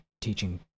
teaching